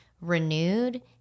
renewed